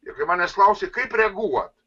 ir kai manęs klausė kaip reaguot